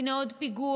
הינה, עוד פיגוע.